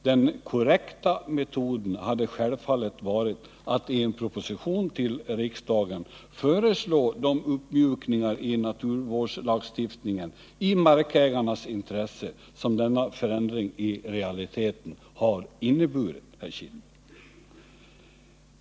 Den korrekta metoden hade självfallet varit att i en proposition till riksdagen föreslå de uppmjukningar i naturvårdslagstiftningen, i markägarnas intresse, som denna förändring i realiteten inneburit, herr Kindbom!